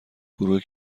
گروه